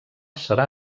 serà